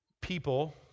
people